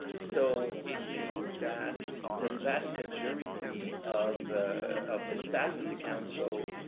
so it means that the vast majority of of the staff of the council